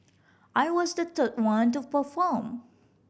I was the third one to perform